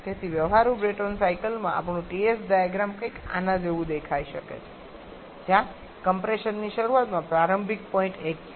તેથી વ્યવહારુ Brayton cycle માં આપણું Ts ડાયાગ્રામ કંઈક આના જેવું દેખાઈ શકે છે જ્યાં કમ્પ્રેશન ની શરૂઆતમાં પ્રારંભિક પોઈન્ટ 1 છે